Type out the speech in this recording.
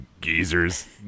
geezers